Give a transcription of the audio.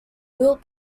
built